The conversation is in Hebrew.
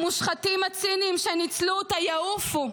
המושחתים הציניים שניצלו אותה יעופו,